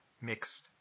mixed